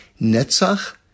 Netzach